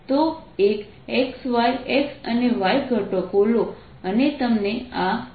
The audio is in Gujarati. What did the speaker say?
એક x y x અને y ઘટકો લો અને તમને આ જવાબ મળશે